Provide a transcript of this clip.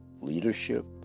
leadership